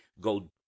go